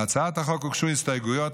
להצעת החוק הוגשו הסתייגויות.